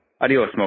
adios